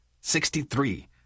Sixty-three